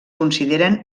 consideren